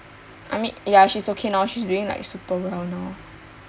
I mean ya she's okay now she's doing like super well now